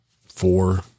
four